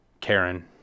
karen